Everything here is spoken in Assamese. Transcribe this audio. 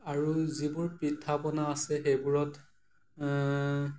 আৰু যিবোৰ পিঠা পনা আছে সেইবোৰত